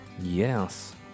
Yes